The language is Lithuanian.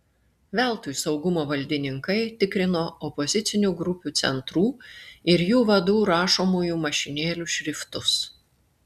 veltui saugumo valdininkai tikrino opozicinių grupių centrų ir jų vadų rašomųjų mašinėlių šriftus